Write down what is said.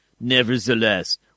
Nevertheless